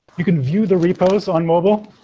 you can view the repos on mobile,